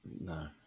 No